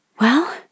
Well